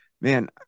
man